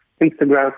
Instagram